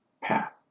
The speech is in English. path